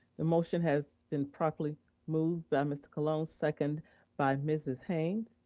the motion has been properly moved by mr. colon, second by mrs. haynes.